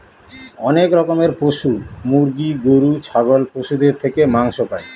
অনেক রকমের পশু মুরগি, গরু, ছাগল পশুদের থেকে মাংস পাই